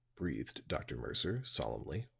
breathed dr. mercer, solemnly,